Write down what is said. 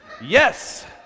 yes